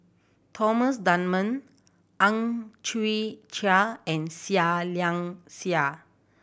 Thomas Dunman Ang Chwee Chai and Seah Liang Seah